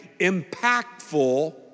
impactful